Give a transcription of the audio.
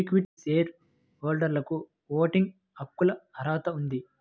equity share హోల్డర్లకుఓటింగ్ హక్కులకుఅర్హత ఉంది